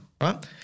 right